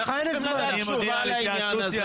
אני מודיע על התייעצות סיעתית.